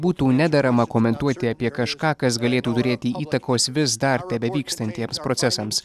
būtų nederama komentuoti apie kažką kas galėtų turėti įtakos vis dar tebevykstantiems procesams